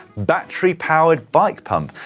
battery-powered bike pump,